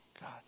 God